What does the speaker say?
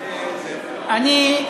אני,